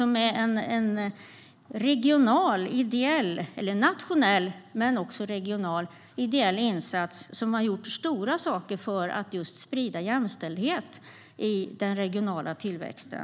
Winnet är en nationell men också regional ideell insats och har gjort mycket för att sprida jämställdhet i den regionala tillväxten.